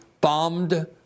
bombed